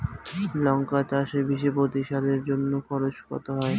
লঙ্কা চাষে বিষে প্রতি সারের জন্য খরচ কত হয়?